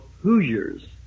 Hoosiers